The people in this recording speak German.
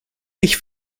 ich